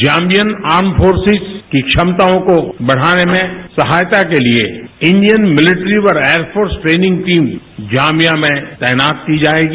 Zambia arms forces की क्षमताओं को बढ़ाने में सहायता के लिए इंडियन मिलिट्री और एयरफोर्स ट्रेनिंग टीम जाम्बिया में तैनात की जायेगी